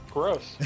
Gross